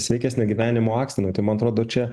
sveikesnio gyvenimo akstinui tai man atrodo čia